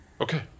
Okay